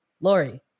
Lori